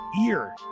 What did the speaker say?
ear